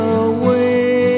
away